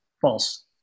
False